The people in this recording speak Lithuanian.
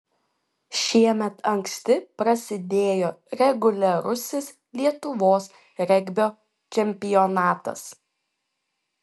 šiemet anksti prasidėjo reguliarusis lietuvos regbio čempionatas